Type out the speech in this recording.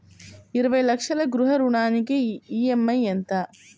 ఇరవై లక్షల గృహ రుణానికి ఈ.ఎం.ఐ ఎంత?